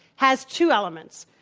has two elements.